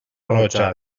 roja